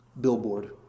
billboard